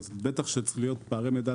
בטח שצריך להיות פערי מידע,